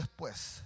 después